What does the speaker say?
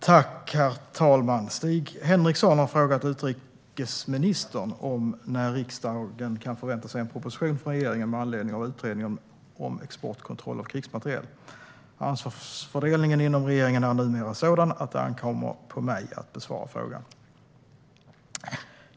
Herr talman! Stig Henriksson har frågat utrikesministern när riksdagen kan förvänta sig en proposition från regeringen med anledning av utredningen om exportkontroll av krigsmateriel. Ansvarsfördelningen inom regeringen är numera sådan att det ankommer på mig att besvara frågan.